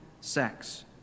sex